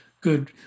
good